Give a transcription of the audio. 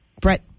Brett